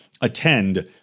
attend